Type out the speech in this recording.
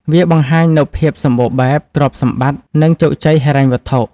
វាបង្ហាញនូវភាពសម្បូរបែប ទ្រព្យសម្បត្តិ និងជោគជ័យហិរញ្ញវត្ថុ។